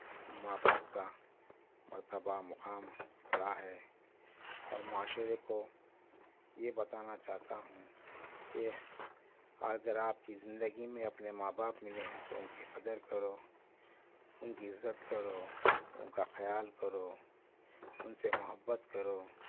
ماں باپ کا مرتبہ مقام بڑا ہے اور معاشرے کو یہ بتانا چاہتا ہوں کہ اگر آپ کی زندگی میں اپنے ماں باپ ملے ہیں تو ان کی قدر کرو ان کی عزت کرو ان کا خیال کرو ان سے محبت کرو